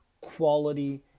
quality